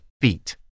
feet